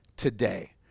today